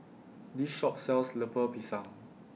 This Shop sells Lemper Pisang